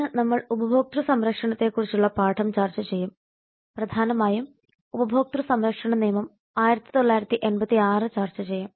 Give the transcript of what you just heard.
ഇന്ന് നമ്മൾ ഉപഭോക്തൃ സംരക്ഷണത്തെക്കുറിച്ചുള്ള പാഠം ചർച്ച ചെയ്യും പ്രധാനമായും ഉപഭോക്തൃ സംരക്ഷണ നിയമം 1986 Consumer Protection Act 1986 ചർച്ച ചെയ്യും